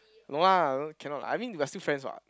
no lah no cannot I mean we're still friends what